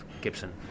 Gibson